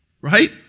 right